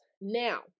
Now